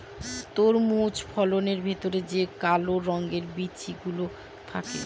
তরমুজ ফলের ভেতরে যে কালো রঙের বিচি গুলো থাকে